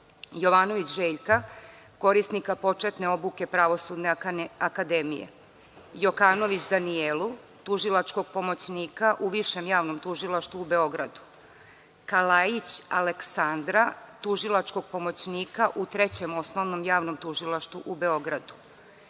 Jovanović Željka, korisnika početne obuke Pravosudne akademije, Jokanović Danijelu, tužilačkog pomoćnika u Višem javnom tužilaštvu u Beogradu, Kalajić Aleksandra, tužilačkog pomoćnika u Trećem osnovnom javnom tužilaštvu u Beogradu,